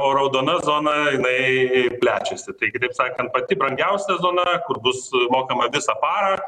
o raudona zona jinai plečiasi kitaip sakant pati brangiausia zona kur bus mokama visą parą